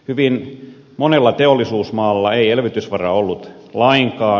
hyvin monella teollisuusmaalla ei elvytysvaraa ollut lainkaan